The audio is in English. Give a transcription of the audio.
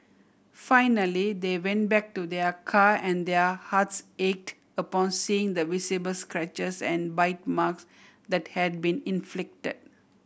finally they went back to their car and their hearts ache upon seeing the visible scratches and bite marks that had been inflicted